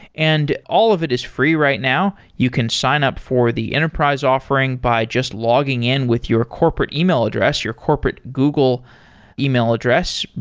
and all of it is free right now. you can sign up for the enterprise offering by just logging in with your corporate email address, your corporate google email address,